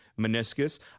meniscus